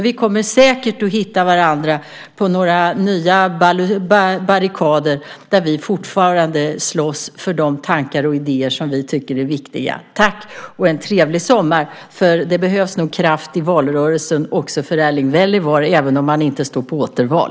Vi kommer säkert att hitta varandra på några nya barrikader där vi fortfarande slåss för de tankar och idéer som vi tycker är viktiga. Tack, och jag önskar också en trevlig sommar, för det behövs nog kraft i valrörelsen också för Erling Wälivaara, även om han inte står på återval.